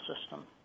system